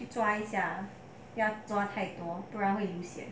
去抓一下不要抓太多不然会流血